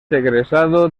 egresado